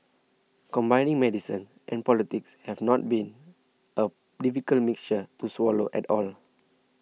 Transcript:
combining medicine and politics have not been a difficult mixture to swallow at all